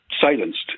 silenced